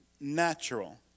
natural